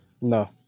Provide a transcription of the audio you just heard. No